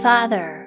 Father